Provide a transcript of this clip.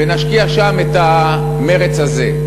ונשקיע שם את המרץ הזה.